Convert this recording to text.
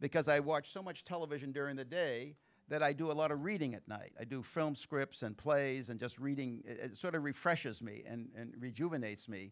because i watch so much television during the day that i do a lot of reading at night i do film scripts and plays and just reading sort of refreshes me and rejuvenates me